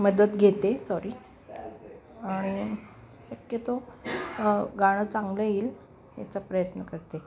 मदत घेते सॉरी आणि शक्यतो गाणं चांगलं येईल याचा प्रयत्न करते